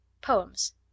Poems